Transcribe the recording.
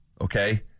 Okay